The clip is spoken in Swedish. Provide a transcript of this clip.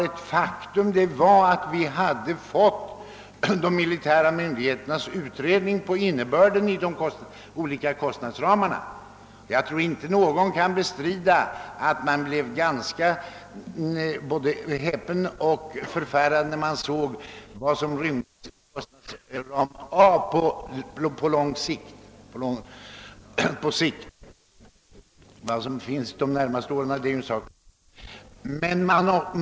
Ett faktum var att vi hade fått de militära myndigheternas utredning om innebörden av de olika kostnadsramarna, och jag tror inte någon kan bestrida att vi blev både häpna och oroade när vi såg vad kostnadsram A innebar på sikt. Vad som finns för de närmaste åren är ju en sak för sig.